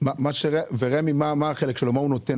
מה החלק של רמ"י פה?